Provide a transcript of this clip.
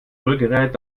rührgerät